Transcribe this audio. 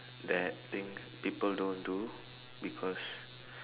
that thing people don't do because